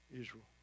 Israel